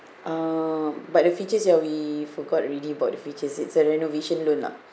uh but the features ya we forgot already about the features it's a renovation loan lah